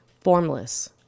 Formless